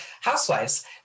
housewives